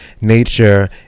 nature